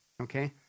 okay